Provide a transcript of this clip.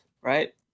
right